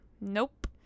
Nope